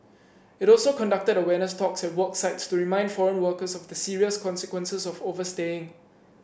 it also conducted awareness talks at work sites to remind foreign workers of the serious consequences of overstaying